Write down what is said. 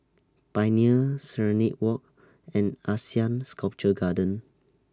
Pioneer Serenade Walk and Asean Sculpture Garden